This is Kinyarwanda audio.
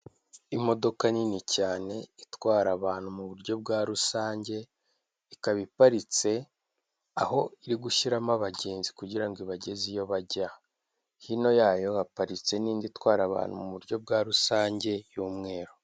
Imodoka nini cyane itwara abantu mu buryo bwa rusange, ikaba iparitse aho iri gushyiramo abagenzi kugirango ibageze iyo bajya, hino yayo haparitse n'indi itwara abantu mu buryo bwa rusange, y'umweru.